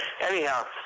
Anyhow